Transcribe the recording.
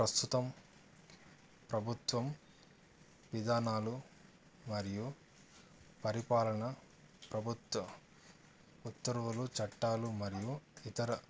ప్రస్తుతం ప్రభుత్వం విధానాలు మరియు పరిపాలన ప్రభుత్వం ఉత్తరులు చట్టాలు మరియు ఇతర